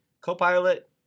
co-pilot